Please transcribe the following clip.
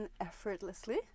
effortlessly